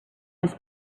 his